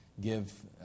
give